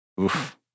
Oof